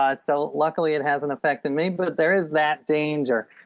ah so luckily it hasn't affected me but there is that danger